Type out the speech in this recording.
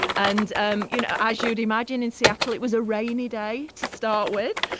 and um you know as you'd imagine in seattle, it was a rainy day to start with,